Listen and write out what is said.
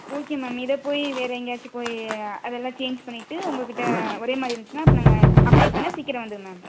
okay ma'am இதைப் போய் வேறு எங்கேயாச்சும் போய் அதெல்லாம் சேஞ்ச் பண்ணிவிட்டு உங்ககிட்ட ஒரே மாதிரி இருந்துச்சுனா அப்போ நாங்கள் அப்ளை பண்ணால் சீக்கிரம் வந்துரும் மேம்